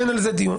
אין על זה דיון.